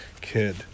kid